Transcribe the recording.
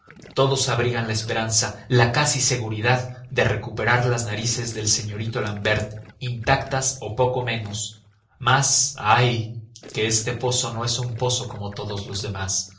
todos abrigan la esperanza la casi seguridad de recuperar las narices del señorito l'ambert intactas o poco menos mas ay que este pozo no es un pozo como todos los demás